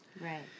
right